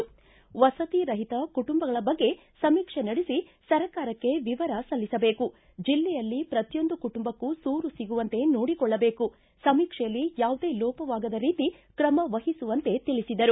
ವಸತಿ ರಹಿತ ಕುಟುಂಬಗಳ ಬಗ್ಗೆ ಸಮೀಕ್ಷೆ ನಡೆಸಿ ಸರ್ಕಾರಕ್ಷೆ ವಿವರ ಸಲ್ಲಿಸಬೇಕು ಜಿಲ್ಲೆಯಲ್ಲಿ ಪ್ರತಿಯೊಂದು ಕುಟುಂಬಕ್ಕೂ ಸೂರು ಸಿಗುವಂತೆ ನೋಡಿಕೊಳ್ಳಬೇಕು ಸಮೀಕ್ಷೆಯಲ್ಲಿ ಯಾವುದೇ ಲೋಪವಾಗದ ರೀತಿ ಕ್ರಮವಹಿಸುವಂತೆ ತಿಳಿಸಿದರು